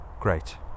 Great